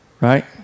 Right